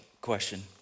question